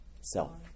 Self